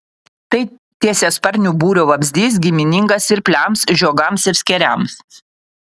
tai tiesiasparnių būrio vabzdys giminingas svirpliams žiogams ir skėriams